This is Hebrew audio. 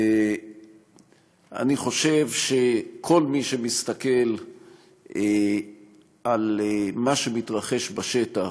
אני חושב שכל מי שמסתכל על מה שמתרחש בשטח,